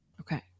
okay